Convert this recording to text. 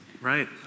right